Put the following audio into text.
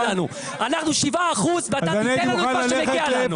אנחנו 7% ואתה תיתן לנו את מה שמגיע לנו.